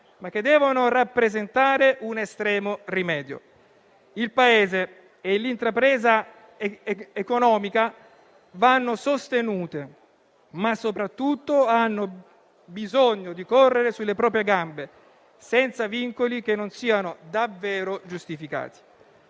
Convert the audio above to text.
ma che devono rappresentare un estremo rimedio. Il Paese e l'intrapresa economica vanno sostenuti, ma soprattutto hanno bisogno di correre sulle proprie gambe, senza vincoli che non siano davvero giustificati.